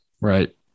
Right